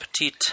Petit